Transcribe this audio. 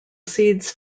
seeds